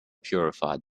purified